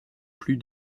plus